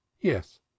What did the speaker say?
Yes